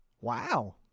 Wow